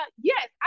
yes